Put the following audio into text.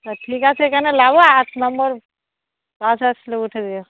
হ্যাঁ ঠিক আছে এখানে নামো আট নম্বর বাস আসলে উঠে যেও